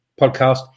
podcast